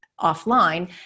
offline